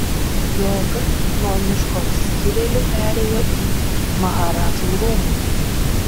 joga nuo miško atsiskyrėlių perėjo į maharadžų rūmus